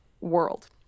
world